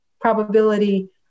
probability